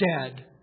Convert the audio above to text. dead